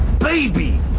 baby